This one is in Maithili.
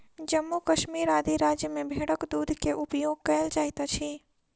जम्मू कश्मीर आदि राज्य में भेड़क दूध के उपयोग कयल जाइत अछि